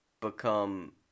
become